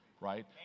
right